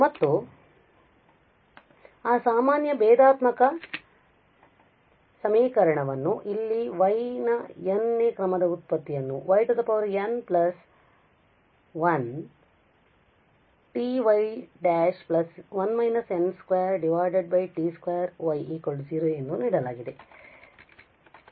ಮತ್ತು ಆ ಸಾಮಾನ್ಯ ಭೇದಾತ್ಮಕ ಸಮೀಕರಣಗಳನ್ನು ಇಲ್ಲಿ ಈ y ನ n ನೇ ಕ್ರಮದ ವ್ಯುತ್ಪತ್ತಿಯನ್ನು y 1 t y ′ 1 − n 2 t 2 y 0 ಎಂದು ನೀಡಲಾಗಿದೆ